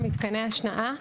מתקני השנאה.